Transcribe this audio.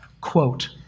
quote